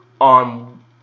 on